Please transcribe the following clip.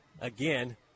again